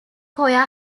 choir